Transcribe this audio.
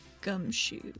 gumshoe